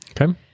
Okay